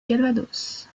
calvados